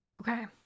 okay